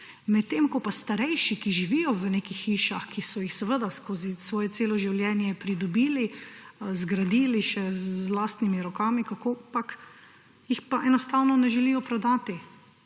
medtem ko pa starejši, ki živijo v nekih hišah, ki so jih seveda skozi svoje celo življenje pridobili, zgradili, še z lastnimi rokami, kakopak, jih pa enostavno ne želijo prodati,